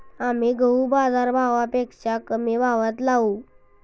आम्ही गहू बाजारभावापेक्षा कमी भावात लावू